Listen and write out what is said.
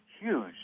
huge